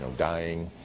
dying.